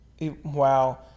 wow